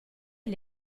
gli